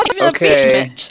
okay